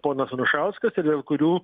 ponas anušauskas ir dėl kurių